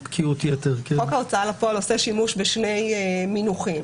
חוק ההוצאה לפועל עושה שימוש בשני מינוחים,